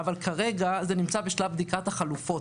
אבל כרגע זה נמצא בשלב בדיקת החלופות,